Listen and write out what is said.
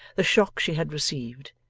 the shock she had received,